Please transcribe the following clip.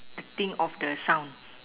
acting of the sound